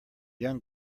young